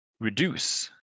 reduce